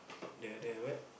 the the what